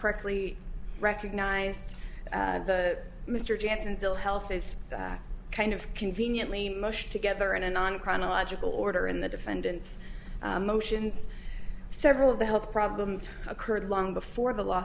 correctly recognized mr jackson's ill health as kind of conveniently most together in a non chronological order in the defendant's motions several of the health problems occurred long before the law